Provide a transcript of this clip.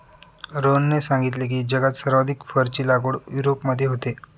रोहनने सांगितले की, जगात सर्वाधिक फरची लागवड युरोपमध्ये होते